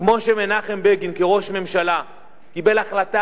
כמו שמנחם בגין כראש ממשלה קיבל החלטה